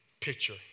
picture